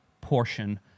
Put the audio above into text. portion